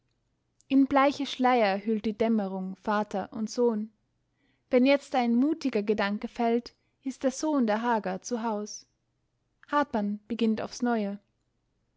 in bleiche schleier hüllt die dämmerung vater und sohn wenn jetzt ein mutiger gedanke fällt ist der sohn der hagar zu haus hartmann beginnt aufs neue